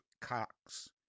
Cox